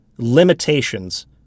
limitations